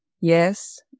Yes